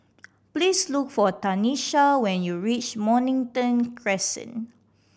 please look for Tanisha when you reach Mornington Crescent